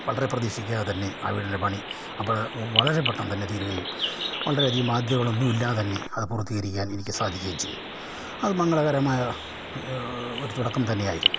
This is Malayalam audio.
വളരെ പ്രതീക്ഷിക്കാതെ തന്നെ ആ വീടിൻ്റെ പണി അപ്പഴ് വളരെ പെട്ടെന്ന് തന്നെ തീരുകയും വളരെ അധികം ബാധ്യതകളൊന്നും ഇല്ലാതെ തന്നെ അത് പൂർത്തീകരിക്കാൻ എനിക്ക് സാധിക്കുകയും ചെയ്തു അത് മംഗളകരമായ ഒരു തുടക്കം തന്നെയായിരുന്നു